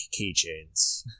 keychains